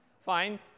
Fine